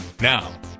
Now